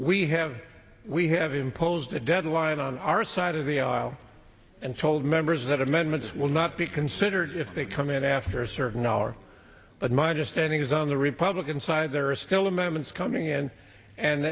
we have we have imposed a deadline on our side of the aisle and told members that amendments will not be considered if they come in after a certain hour but my just ending is on the republican side there are still amendments coming in and